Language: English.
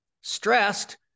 stressed